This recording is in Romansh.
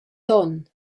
ton